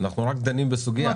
אנחנו רק דנים בסוגיה.